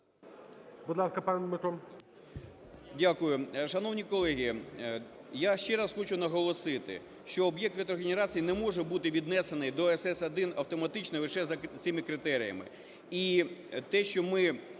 Дякую. Шановні колеги, я ще раз хочу наголосити, що об'єкт вітрогенерації не може бути віднесений до СС1 автоматично лише за цими критеріями.